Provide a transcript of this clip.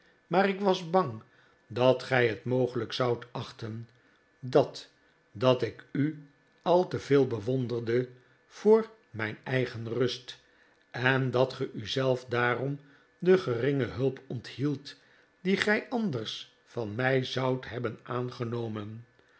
maar ik was bang dat gij het mogelijk zoudt achten dat dat ik u al te veel bewonderde voor mijn eigen rust en dat ge u zelf daarom de geringe hulp onthieldt die gij anders van mij zoudt hebben aangenomen